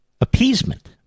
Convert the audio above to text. appeasement